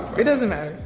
it doesn't matter.